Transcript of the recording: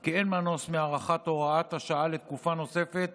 כי אין מנוס מהארכת הוראת השעה לתקופה נוספת